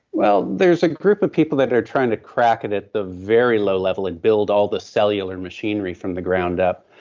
well, there's a group of people that are trying to crack it at the very low level and build all the cellular machinery from the ground up.